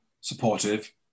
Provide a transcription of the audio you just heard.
supportive